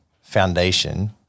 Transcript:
foundation